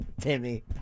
Timmy